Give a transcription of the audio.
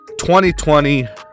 2020